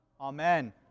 Amen